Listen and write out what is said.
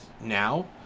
now